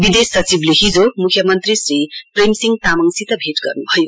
विदेश सचिवले हिजो मुख्यमन्त्री श्री प्रेम सिंह तामाङसित पनि भेट गर्नुभयो